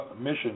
mission